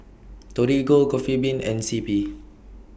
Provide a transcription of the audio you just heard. Torigo Coffee Bean and C P